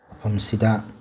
ꯃꯐꯝꯁꯤꯗ